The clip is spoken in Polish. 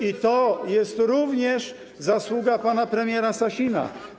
I to jest również zasługa pana premiera Sasina.